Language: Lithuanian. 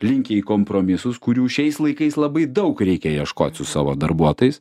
linkę į kompromisus kurių šiais laikais labai daug reikia ieškot su savo darbuotojais